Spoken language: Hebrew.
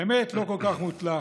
האמת, לא כל כך מוצלח.